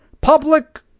public